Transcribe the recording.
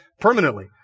permanently